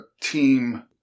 team